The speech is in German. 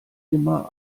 immer